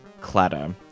clatter